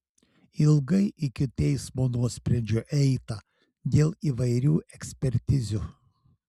ilgai iki teismo nuosprendžio eita dėl įvairių ekspertizių